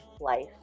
life